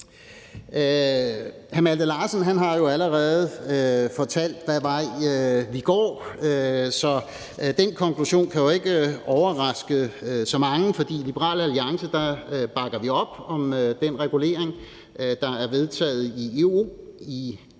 Hr. Malte Larsen har allerede fortalt, hvad vej vi går, så den konklusion kan jo ikke overraske så mange. I Liberal Alliance bakker vi op om den regulering, der er vedtaget i EU,